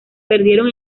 perdieron